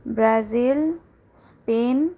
Brazil Spain